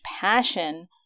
passion